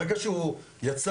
ברגע שהוא יצא